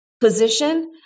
position